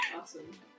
Awesome